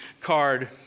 card